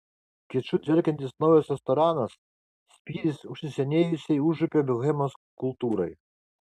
kiču dvelkiantis naujas restoranas spyris užsisenėjusiai užupio bohemos kultūrai